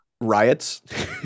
Riots